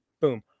boom